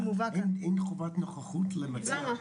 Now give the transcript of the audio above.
אין חובת נוכחות למציע הרוויזיה?